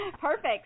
Perfect